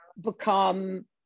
become